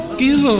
give